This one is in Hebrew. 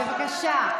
בבקשה.